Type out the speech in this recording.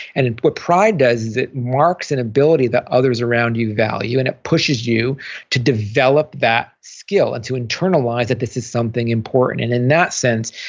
and what pride does is it marks an ability that others around you value and it pushes you to develop that skill and to internalize that this is something important and in that sense,